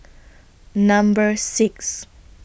Number six